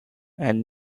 and